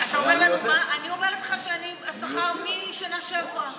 אני אומרת לך שאני עם השכר מהשנה שעברה,